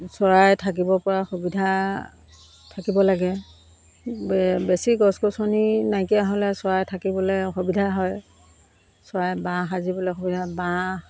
চৰাই থাকিব পৰা সুবিধা থাকিব লাগে বেছি গছ গছনি নাইকিয়া হ'লে চৰাই থাকিবলৈ অসুবিধা হয় চৰাই বাঁহ সাজিবলৈ অসুবিধা হয় বাঁহ